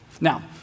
Now